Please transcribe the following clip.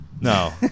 No